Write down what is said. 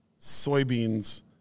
soybeans